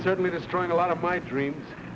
certainly destroying a lot of my dreams